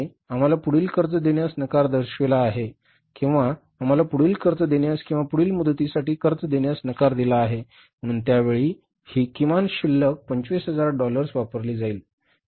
बँकेने आम्हाला पुढील कर्ज देण्यास नकार दर्शविला आहे किंवा आम्हाला पुढील कर्ज देण्यास किंवा पुढील मुदतीसाठी कर्ज देण्यास नकार दिला आहे म्हणून त्या वेळी ही किमान शिल्लक 25000 डॉलर्स वापरली जाईल